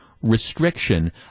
restriction